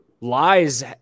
Lies